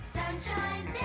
sunshine